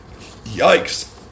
Yikes